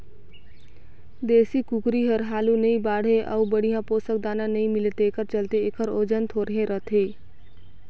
देसी कुकरी हर हालु नइ बाढ़े अउ बड़िहा पोसक दाना नइ मिले तेखर चलते एखर ओजन थोरहें रहथे